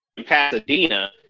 Pasadena